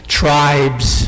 tribes